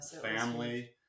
family